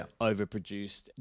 overproduced